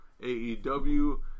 AEW